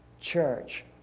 church